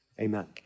amen